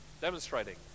Demonstrating